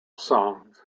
songs